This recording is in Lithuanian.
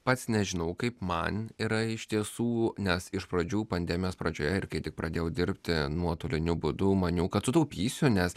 pats nežinau kaip man yra iš tiesų nes iš pradžių pandemijos pradžioje ir kai tik pradėjau dirbti nuotoliniu būdu maniau kad sutaupysiu nes